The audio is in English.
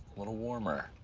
little warmer.